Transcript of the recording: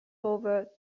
over